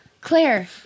Claire